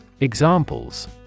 Examples